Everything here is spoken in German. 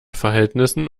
verhältnissen